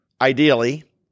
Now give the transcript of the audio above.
ideally